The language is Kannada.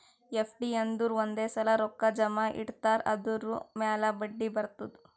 ಎಫ್.ಡಿ ಅಂದುರ್ ಒಂದೇ ಸಲಾ ರೊಕ್ಕಾ ಜಮಾ ಇಡ್ತಾರ್ ಅದುರ್ ಮ್ಯಾಲ ಬಡ್ಡಿ ಬರ್ತುದ್